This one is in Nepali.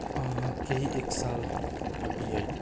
केही एक साल अघि है